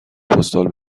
پستال